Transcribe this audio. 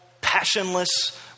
passionless